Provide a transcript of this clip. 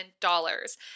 dollars